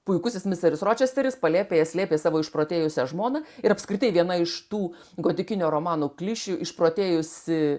puikusis misteris ročesteris palėpėje slėpė savo išprotėjusią žmoną ir apskritai viena iš tų gotikinio romano klišių išprotėjusi